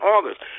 August